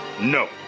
No